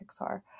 Pixar